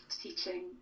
teaching